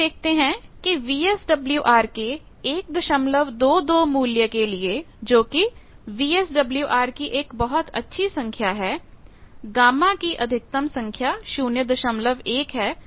आइए देखते हैं कि VSWR के 122 मूल्य के लिए जोकि VSWR की एक बहुत अच्छी संख्या है गामा की अधिकतम संख्या 01 है